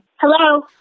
Hello